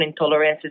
intolerances